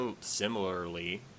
similarly